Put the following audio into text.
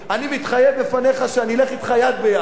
אני מתחייב בפניך שאני אלך אתך יד ביד.